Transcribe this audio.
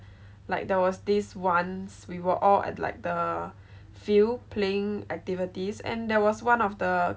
like there was this once we were all at like the field playing activities and there was one of the